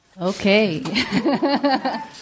Okay